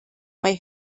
mae